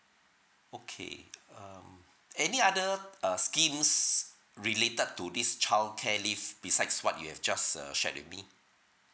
okay um any other uh schemes related to this childcare leave besides what you have just err shared with me